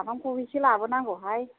नाफामखौबो एसे लाबोनांगौहाय